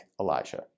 Elijah